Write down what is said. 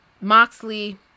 Moxley